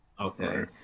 Okay